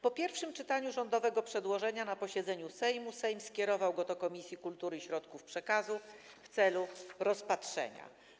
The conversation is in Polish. Po pierwszym czytaniu rządowego przedłożenia na posiedzeniu Sejmu Sejm skierował je do Komisji Kultury i Środków Przekazu w celu rozpatrzenia.